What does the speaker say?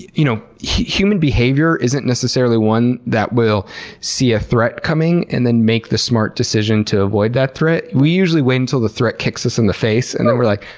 you know human behavior isn't necessarily one that we'll see a threat coming, and then make the smart decision to avoid that threat. we usually wait until the threat kicks us in the face and then we're like,